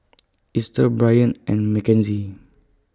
Esta Brion and Mckenzie